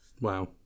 Wow